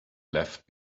left